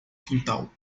quintal